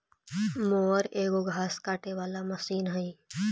mower एगो घास काटे वाला मशीन हई